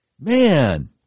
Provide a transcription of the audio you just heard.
Man